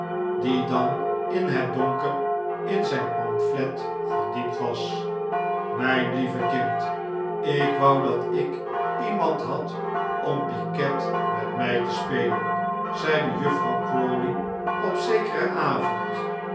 die dan in het donker in zijn pamphlet verdiept was mijn lieve kind ik wou dat ik iemand had om piquet met mij te spelcn zeide juffrouw crawley op zekeren avond